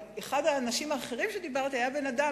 אבל אחד האנשים האחרים שדיברתי אתם,